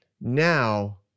Now